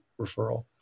referral